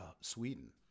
Sweden